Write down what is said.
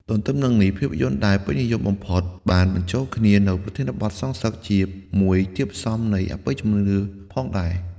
ទន្ទឹមនឹងនេះភាពយន្តដែលពេញនិយមបំផុតបានបញ្ចូលគ្នានូវប្រធានបទសងសឹកជាមួយធាតុផ្សំនៃ អបិយជំនឿផងដែរ។